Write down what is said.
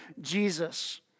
Jesus